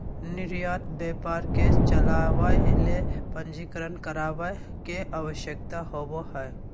निर्यात व्यापार के चलावय ले पंजीकरण करावय के आवश्यकता होबो हइ